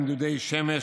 בין דודי שמש,